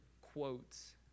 quotes